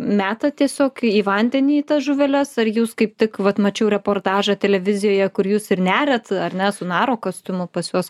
metat tiesiog į vandenį į tas žuveles ar jūs kaip tik vat mačiau reportažą televizijoje kur jūs ir neriat ar net su naro kostiumu pas juos